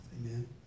Amen